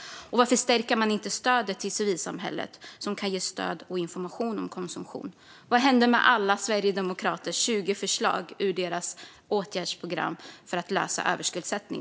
Och varför stärker man inte stödet till civilsamhället som kan ge stöd och information om konsumtion? Vad hände med Sverigedemokraternas 20 förslag från deras åtgärdsprogram för att lösa frågan om överskuldsättning?